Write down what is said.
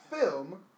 film